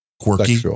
quirky